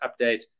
update